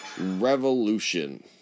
revolution